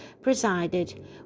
presided